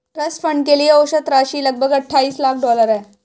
trust fund के लिए औसत राशि लगभग अट्ठाईस लाख डॉलर है